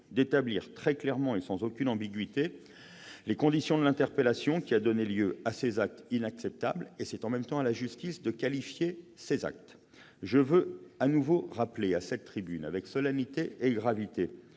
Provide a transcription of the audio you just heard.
-d'établir très clairement et sans aucune ambiguïté les conditions de l'interpellation qui a donné lieu à ces actes inacceptables, ainsi que de qualifier ces actes. Je veux de nouveau rappeler, avec solennité et gravité,